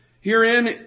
Herein